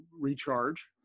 recharge